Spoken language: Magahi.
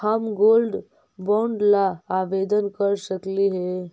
हम गोल्ड बॉन्ड ला आवेदन कर सकली हे?